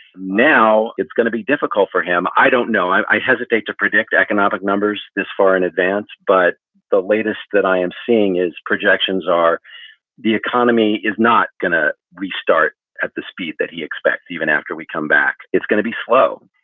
now it's going to be difficult for him. i don't know. i hesitate to predict economic numbers this far in advance. but the latest that i am seeing is projections are the economy is not going to restart at the speed that he expects even after we come back. it's going to be slow.